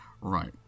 Right